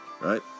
Right